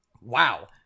Wow